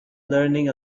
learning